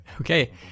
Okay